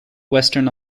western